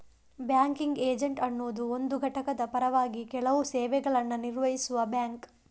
banking agent ಅನ್ನುದು ಒಂದು ಘಟಕದ ಪರವಾಗಿ ಕೆಲವು ಸೇವೆಗಳನ್ನ ನಿರ್ವಹಿಸುವ ಬ್ಯಾಂಕ್